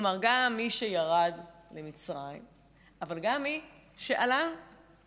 כלומר גם מי שירד למצרים, אבל גם מי שעלה ממצרים,